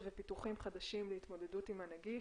ופיתוחים חדשים להתמודדות עם הנגיף.